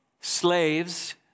slaves